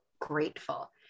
grateful